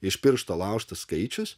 iš piršto laužtas skaičius